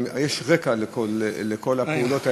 יש רקע לכל הפעולות האלה.